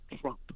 trump